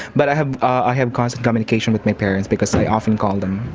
but i have ah have constant communication with my parents because i often call them.